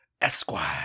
Esquire